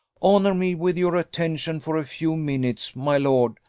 honour me with your attention for a few minutes, my lord,